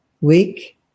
week